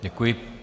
Děkuji.